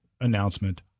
announcement